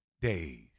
days